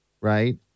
Right